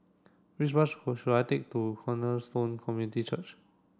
which bus should I take to Cornerstone Community Church